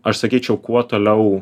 aš sakyčiau kuo toliau